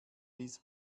ließ